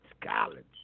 College